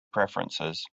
preferences